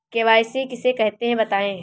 KYC किसे कहते हैं बताएँ?